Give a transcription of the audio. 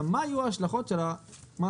אלא גם להתייחס להשלכות של המהלכים.